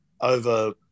over